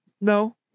No